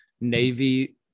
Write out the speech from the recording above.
navy